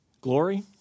Glory